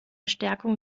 stärkung